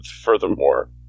Furthermore